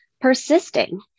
persisting